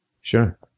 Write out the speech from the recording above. Sure